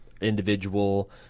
individual